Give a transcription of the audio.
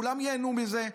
כולם ייהנו מזה.